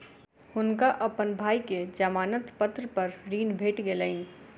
हुनका अपन भाई के जमानत पत्र पर ऋण भेट गेलैन